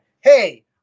hey